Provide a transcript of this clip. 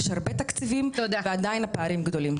יש הרבה תקציבים ועדיין פערים גדולים.